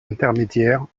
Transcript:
intermédiaire